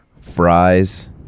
fries